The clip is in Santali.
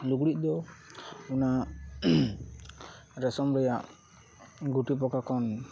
ᱞᱩᱜᱽᱲᱤᱡ ᱫᱚ ᱚᱱᱟ ᱨᱮᱥᱚᱢ ᱨᱮᱭᱟᱜ ᱜᱩᱴᱤ ᱯᱚᱠᱟ ᱠᱷᱚᱱ